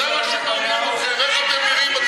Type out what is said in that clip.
תגידו תודה.